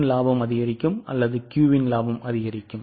BIN லாபம் அதிகரிக்கும் அல்லது கியூவின் இலாபம் அதிகரிக்கும்